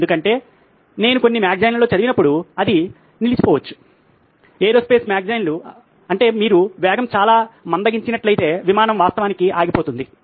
ఎందుకంటే నేను కొన్ని మ్యాగజైన్లలో చదివినప్పుడు అది నిలిచిపోవచ్చు ఏరోస్పేస్ మ్యాగజైన్లు అంటే మీరు వేగం చాలా మందగించినట్లయితే విమానం వాస్తవానికి ఆగిపోతుంది